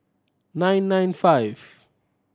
nine nine five